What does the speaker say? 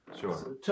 sure